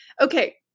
Okay